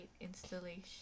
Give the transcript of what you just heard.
installation